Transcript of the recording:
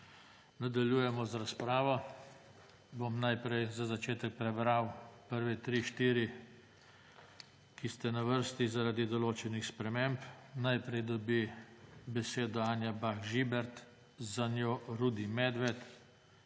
Nadaljujemo razpravo. Bom najprej za začetek prebral prve tri, štiri, ki ste na vrsti zaradi določenih sprememb. Najprej dobi besedo Anja Bah Žibert, za njo Rudi Medved,